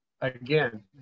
Again